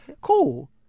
cool